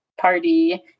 party